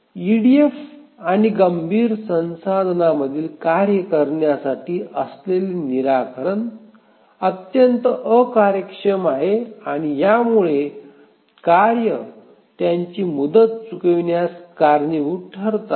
EDF आणि गंभीर संसाधनांमधील कार्य करण्यासाठी असलेले निराकरण अत्यंत अकार्यक्षम आहे आणि यामुळे कार्य त्यांची मुदत चुकवण्यास कारणीभूत ठरतात